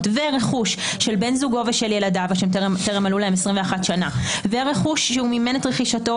ורכוש של בן זוגו ושל ילדיו שטרם מלאו להם 21 שנה ורכוש שמימן את רכישתו,